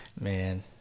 man